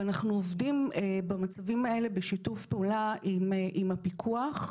ואנחנו עובדים במצבים האלה בשיתוף פעולה עם הפיקוח,